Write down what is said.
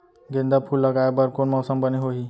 गेंदा फूल लगाए बर कोन मौसम बने होही?